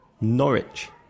Norwich